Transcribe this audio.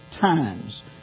times